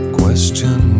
question